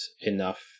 enough